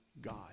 God